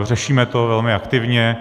Řešíme to velmi aktivně.